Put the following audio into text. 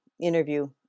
interview